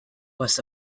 was